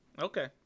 Okay